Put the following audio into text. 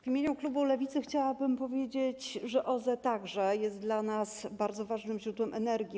W imieniu klubu Lewicy chciałabym powiedzieć, że OZE także dla nas są bardzo ważnym źródłem energii.